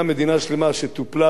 גם מדינה שלמה שטופלה